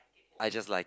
I just like it